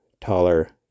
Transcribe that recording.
taller